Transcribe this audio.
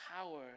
power